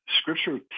Scripture